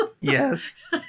Yes